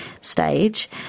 stage